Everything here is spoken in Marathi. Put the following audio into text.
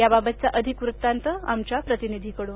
याबाबतचा अधिक वृत्तांत आमच्या प्रतिनिधीकडून